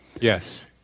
Yes